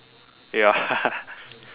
ya